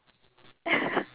yes